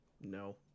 No